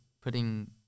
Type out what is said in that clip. putting